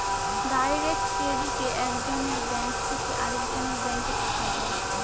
direct ক্রেডিটে এক জনের ব্যাঙ্ক থেকে আরেকজনের ব্যাঙ্কে টাকা যায়